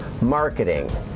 marketing